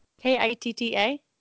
K-I-T-T-A